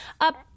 up